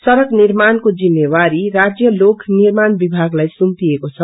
सड़क निर्माण्को जिम्मेवारी राज्य लोक निर्माण विभागलाई सुम्पिएको छ